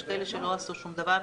יש כאלה שלא עשו שום דבר.